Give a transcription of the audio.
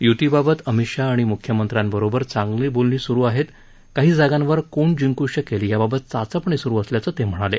य्तीबाबत अमित शहा आणि म्ख्यमंत्र्यांबरोबर चांगली बोलणी सुरु आहेत काही जागांवर कोण जिंकू शकेल याबाबत चाचपणी स्रु असल्याचं ते म्हणाले